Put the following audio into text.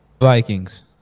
Vikings